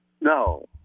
No